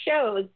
shows